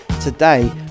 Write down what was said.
Today